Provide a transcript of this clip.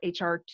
HR